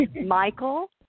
Michael